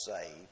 saved